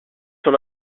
son